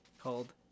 called